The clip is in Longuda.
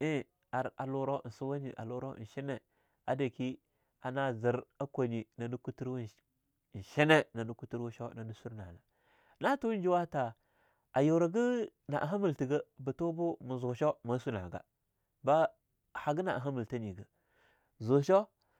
eing ar a luro eing suwanye a luro eing shine, a dake na zir kwanye nane surnah nah. Na tuta eing juwa tha a yurah geh na'a hamiltha gah bah tubu mah zoo show mah sunah gah bah hagana hamiltha nyegah zu shoo.